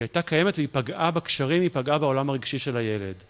הייתה קיימת והיא פגעה בקשרים, היא פגעה בעולם הרגשי של הילד.